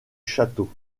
château